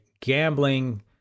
gambling